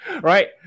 right